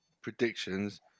predictions